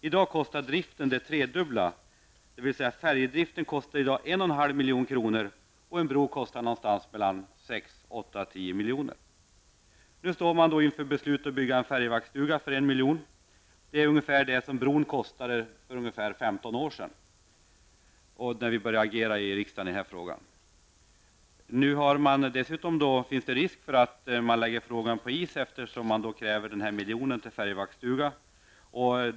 I dag kostar driften det tredubbla, dvs. 1,5 miljoner, och en bro någonstans mellan 6 och 10 miljoner. Nu står man inför beslutet att bygga en färjevaktsstuga för 1 miljon. Det är ungefär vad en bro skulle ha kostat för ungefär 15 år sedan då vi började agera i denna fråga i riksdagen. Nu finns det dessutom risk för att frågan läggs på is, eftersom det krävs 1 miljon för färjevaktsstuga.